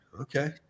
okay